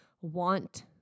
want